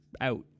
out